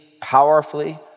powerfully